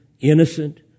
innocent